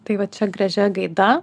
tai va šia gražia gaida